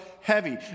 heavy